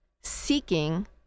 seeking